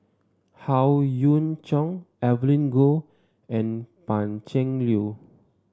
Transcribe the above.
Howe Yoon Chong Evelyn Goh and Pan Cheng Lui